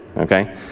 okay